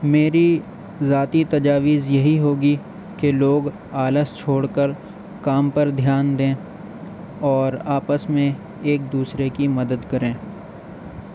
میری ذاتی تجاویز یہی ہوگی لوگ آلس چھوڑ کر کام پر دھیان دیں اور آپس میں ایک دوسرے کی مدد کریں